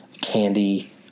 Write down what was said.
candy